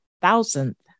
thousandth